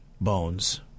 bones